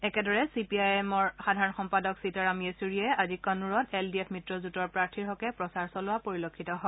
একেদৰে C P I এমৰ সাধাৰণ সম্পাদক সীতাৰাম য়েচুৰীয়ে আজি কন্নুৰত এল ডি এফ মিত্ৰজোটৰ প্ৰাৰ্থীৰ হকে প্ৰচাৰ চলোৱা পৰিলক্ষিত হয়